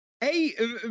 Hey